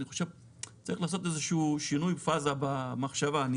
צריך לעשות שינוי פאזה במחשבה.